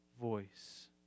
voice